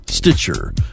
Stitcher